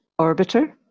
orbiter